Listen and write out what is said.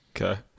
okay